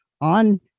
on